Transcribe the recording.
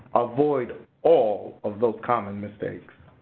avoid all of those common mistakes.